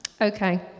Okay